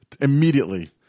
immediately